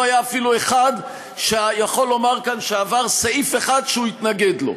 לא היה אפילו אחד שיכול לומר כאן שעבר סעיף אחד שהוא התנגד לו.